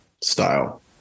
style